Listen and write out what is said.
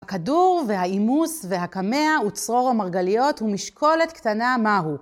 הכדור והאימוס והקמיע וצרור המרגליות ומשקולת קטנה מהו.